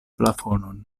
plafonon